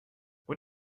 what